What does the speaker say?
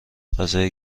غذای